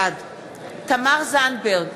בעד תמר זנדברג,